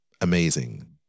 amazing